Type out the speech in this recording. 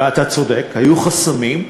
ואתה צודק, היו חסמים,